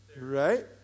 Right